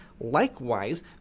likewise